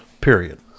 period